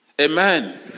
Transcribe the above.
Amen